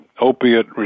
opiate